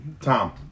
Tom